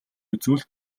үзвэл